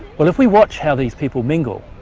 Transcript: well, if we watch how these people mingle,